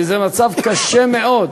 וזה מצב קשה מאוד.